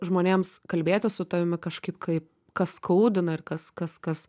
žmonėms kalbėti su tavimi kažkaip kaip kas skaudina ir kas kas kas